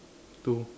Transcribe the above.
two